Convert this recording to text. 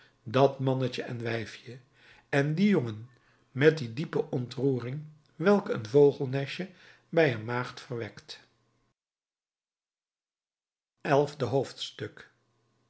dat mannetje en wijfje en die jongen met die diepe ontroering welke een vogelnestje bij een maagd verwekt elfde hoofdstuk